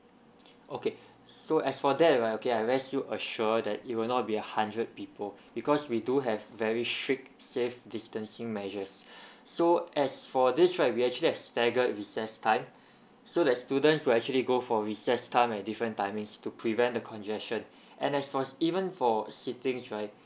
okay so as for that right okay I will let you assure that it will not be a hundred people because we do have very straight safe distancing measures so as for this right we actually have stagger recess time so the students will actually go for recess time at different timings to prevent the congestion and as for even for seatings right